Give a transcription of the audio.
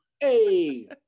hey